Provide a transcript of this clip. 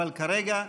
אבל כרגע,